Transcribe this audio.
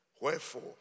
wherefore